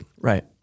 Right